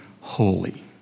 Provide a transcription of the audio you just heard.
holy